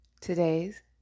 Today's